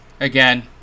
again